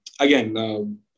again